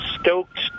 stoked